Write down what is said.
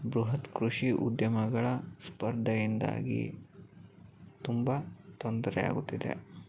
ಬೃಹತ್ ಕೃಷಿ ಉದ್ಯಮಗಳ ಸ್ಪರ್ಧೆಯಿಂದಾಗಿ ತುಂಬ ತೊಂದರೆ ಆಗುತ್ತಿದೆ